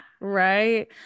right